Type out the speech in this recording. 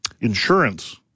insurance